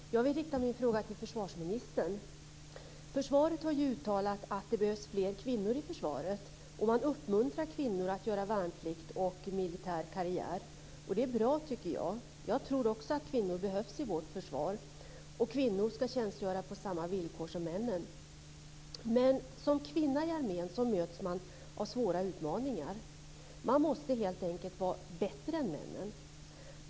Fru talman! Jag vill rikta min fråga till försvarsministern. Försvaret har uttalat att det behövs fler kvinnor i försvaret och uppmuntrar kvinnor att göra värnplikt och militär karriär. Det tycker jag är bra. Kvinnor behövs i vårt försvar, och kvinnor ska tjänstgöra på samma villkor som männen. Kvinnor i armén möts av svåra utmaningar. De måste helt enkelt vara bättre än männen.